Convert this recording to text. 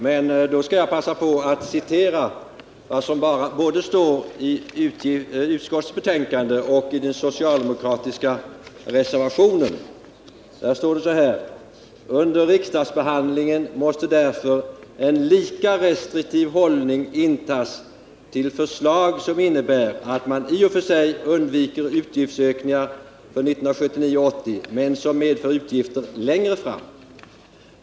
Men då skall jag passa på att citera vad som står i den socialdemokratiska reservationen 2 vid finansutskottets betänkande nr 20: ”Under riksdagsbehandlingen måste därför en lika restriktiv hållning intas till förslag som innebär att man i och för sig undviker utgiftsökningar för 1979/80 men som medför utgifter längre fram.